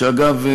שאגב,